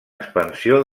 expansió